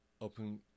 open